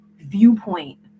viewpoint